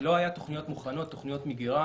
לא היו תוכניות מוכנות, תוכניות מגירה